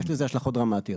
יש לזה הלשכות דרמטיות.